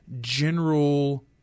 general